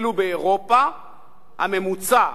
ואילו באירופה הממוצע,